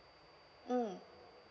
mm